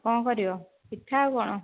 ଆଉ କ'ଣ କରିବ ପିଠା ଆଉ କ'ଣ